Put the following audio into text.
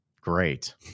great